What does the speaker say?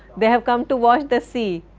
they have come to watch the sea,